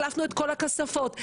את כל הכספות,